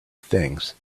things